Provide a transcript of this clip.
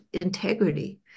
integrity